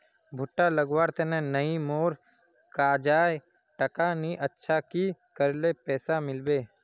भुट्टा लगवार तने नई मोर काजाए टका नि अच्छा की करले पैसा मिलबे?